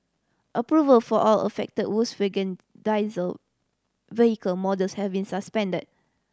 approval for all affected Volkswagen diesel vehicle models have been suspended